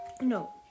no